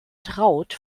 traut